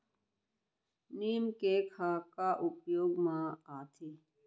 नीम cake ह का उपयोग मा आथे?